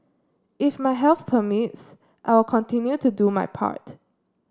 if my health permits I will continue to do my part